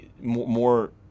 more